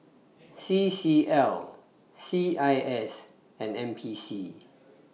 CCL CIS and NPC